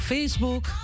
Facebook